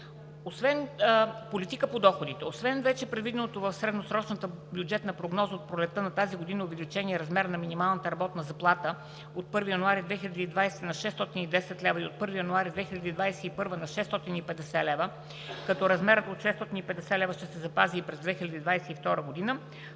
Политика по доходите. Освен вече предвиденото в средносрочната бюджетна прогноза от пролетта на тази година увеличение на размера на минималната работна заплата – от 1 януари 2020 г. на 610 лв., от 1 януари 2021 г. на 650 лв., като размерът от 650 лв. ще се запази и през 2022 г.,